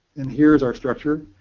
and here is our structure.